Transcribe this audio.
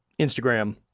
Instagram